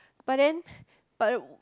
but then but